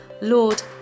Lord